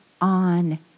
on